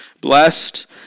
Blessed